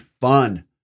fun